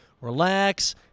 relax